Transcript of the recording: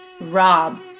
rob